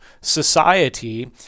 society